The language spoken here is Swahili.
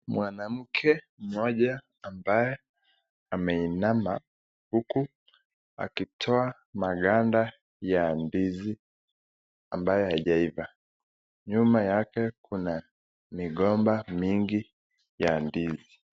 Mwanamke mmoja ambaye ameinama huku akitoa maganda ya ndizi ambaye haijaiva, nyuma yake kuna migomba mingi ya ndizi.